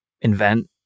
invent